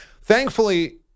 Thankfully